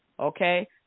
okay